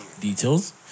Details